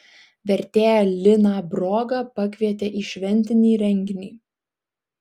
vertėją liną brogą pakvietė į šventinį renginį